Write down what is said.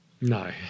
no